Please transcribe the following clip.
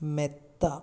മെത്ത